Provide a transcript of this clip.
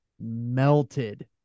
melted